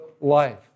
life